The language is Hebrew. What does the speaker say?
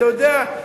אתה יודע,